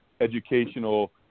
educational